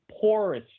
porous